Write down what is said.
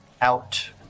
out